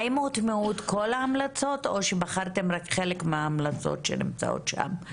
האם הוטמעו כל ההמלצות או שבחרתם רק חלק מההמלצות שנמצאות שם?